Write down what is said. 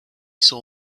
saw